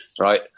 right